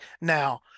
Now